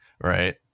right